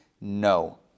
no